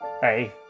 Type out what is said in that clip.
Hey